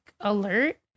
alert